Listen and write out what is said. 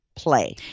play